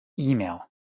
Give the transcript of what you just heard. email